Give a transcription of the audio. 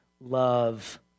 love